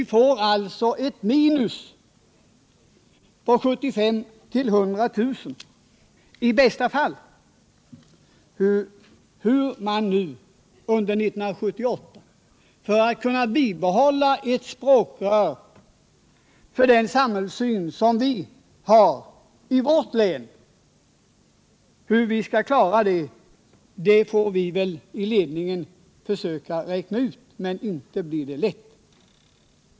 Vi får alltså ett minus på 75 000-100 000 kr. — i bästa fall. Hur skall vi klara att under 1978 bibehålla ett språkrör för den samhällssyn som vi har? Det får ledningen för tidningen försöka räkna ut — men inte blir det lätt.